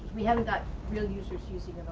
we haven't got real users using